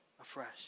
afresh